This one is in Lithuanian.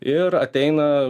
ir ateina